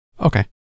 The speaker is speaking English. Okay